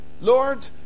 Lord